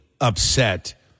upset